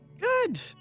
Good